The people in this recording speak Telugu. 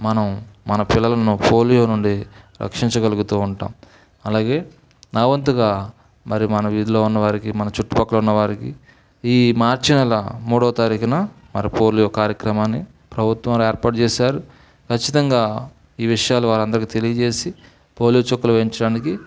మనం మన పిల్లలను పోలియో నుండి రక్షించగలుగుతూ ఉంటాం అలాగే నా వంతుగా మరి మన వీధిలో ఉన్న వారికి మన చుట్టుపక్కల ఉన్న వారికి ఈ మార్చి నెల మూడో తారీఖున మరి పోలియో కార్యక్రమాన్ని ప్రభుత్వం వారు ఏర్పాటు చేసారు ఖచ్చితంగా ఈ విషయాలు వారందరికీ తెలియజేసి పోలియో చుక్కలు వేయించడానికి